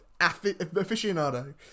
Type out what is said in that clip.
aficionado